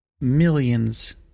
Millions